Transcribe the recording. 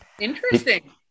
Interesting